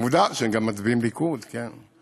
עובדה שהם גם מצביעים ליכוד, כן.